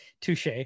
Touche